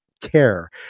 CARE